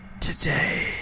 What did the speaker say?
today